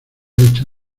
hecha